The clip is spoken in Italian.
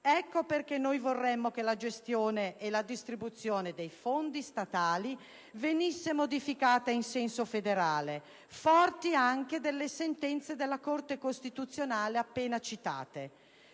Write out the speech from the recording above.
Ecco perché noi vorremmo che la gestione e la distribuzione dei fondi statali venissero modificate in senso federale, forti anche delle sentenze della Corte costituzionale appena citate.